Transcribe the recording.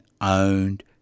owned